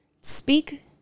Speak